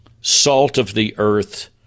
salt-of-the-earth